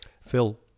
Phil